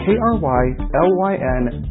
K-R-Y-L-Y-N